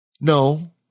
No